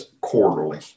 quarterly